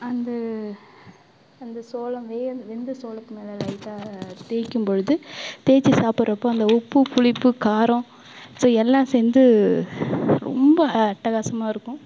அந்த அந்த சோளம் வே வெந்த சோளத்து மேலே லைட்டாக தேய்க்கும்பொழுது தேய்ச்சி சாப்புட்றப்போ அந்த உப்பு புளிப்பு காரம் ஸோ எல்லாம் சேர்ந்து ரொம்ப அட்டகாசமாக இருக்கும்